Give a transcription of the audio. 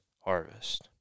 harvest